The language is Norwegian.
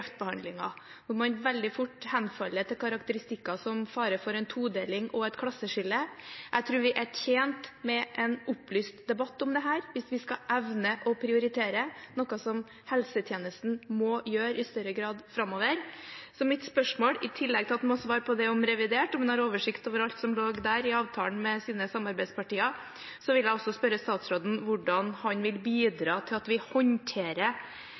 hvor man veldig fort henfaller til karakteristikker som «fare for en todeling» og «et klasseskille». Jeg tror vi er tjent med en opplyst debatt om dette hvis vi skal evne å prioritere, noe helsetjenesten må gjøre i større grad framover. Så i tillegg til at statsråden må svare på spørsmålet om revidert, om han har oversikt over alt som lå der i avtalen med hans samarbeidspartier, vil jeg spørre statsråden om hvordan han vil bidra til at vi håndterer